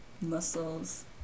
mussels